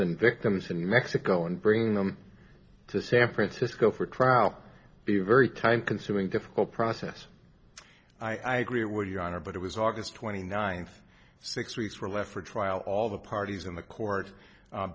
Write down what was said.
and victims in mexico and bring them to san francisco for trial the very time consuming difficult process i agree with your honor but it was august twenty ninth six weeks were left for trial all the parties in the court